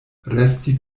resti